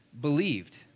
believed